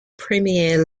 premier